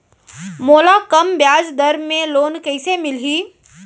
मोला कम ब्याजदर में लोन कइसे मिलही?